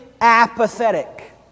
apathetic